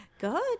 Good